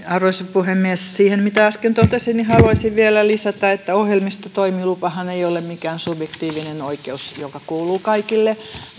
puhemies siihen mitä äsken totesin haluaisin vielä lisätä että ohjelmistotoimilupahan ei ole mikään subjektiivinen oikeus joka kuuluu kaikille